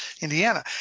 Indiana